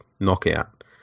knockout